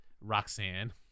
roxanne